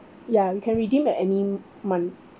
ya you can redeem at any month